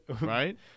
right